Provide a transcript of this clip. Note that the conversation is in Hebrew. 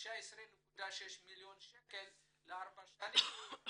19.6 מיליון שקל לארבע שנים.